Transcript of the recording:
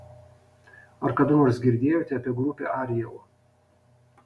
ar kada nors girdėjote apie grupę ariel